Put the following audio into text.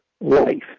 life